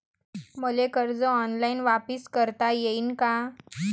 मले कर्ज ऑनलाईन वापिस करता येईन का?